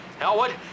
Elwood